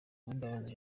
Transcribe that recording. uwimbabazi